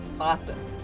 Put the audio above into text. Awesome